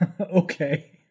Okay